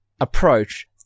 approach